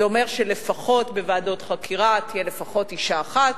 זה אומר שבוועדות חקירה לפחות תהיה לפחות אשה אחת.